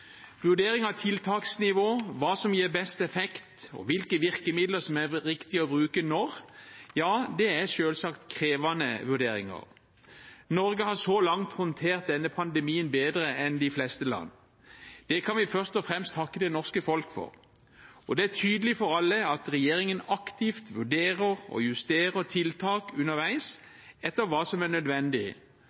Vurdering av tiltaksnivå, hva som gir best effekt, og hvilke virkemidler som er riktige å bruke når, er selvsagt krevende vurderinger. Norge har så langt håndtert denne pandemien bedre enn de fleste land. Det kan vi først og fremst takke det norske folk for. Det er også tydelig for alle at regjeringen aktivt vurderer og justerer tiltak underveis, etter hva som er nødvendig,